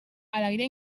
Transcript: alegria